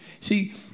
See